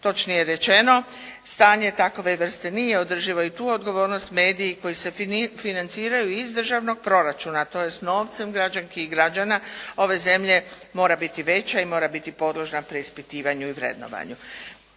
Točnije rečeno, stanje takove vrste nije održivo i tu odgovornost mediji koji se financiraju iz državnog proračuna, to je s novcem građanki i građana ove zemlje mora biti veća i mora biti podložna preispitivanju i vrednovanju.